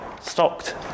stocked